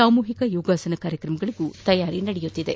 ಸಾಮೂಹಿಕ ಯೋಗಾಸನ ಕಾರ್ಯಕ್ರಮಗಳಿಗೂ ತಯಾರಿ ನಡೆದಿದೆ